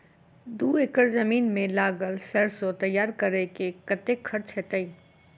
दू एकड़ जमीन मे लागल सैरसो तैयार करै मे कतेक खर्च हेतै?